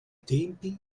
tempi